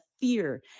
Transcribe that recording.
fear